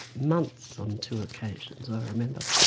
months on two occasions i remember.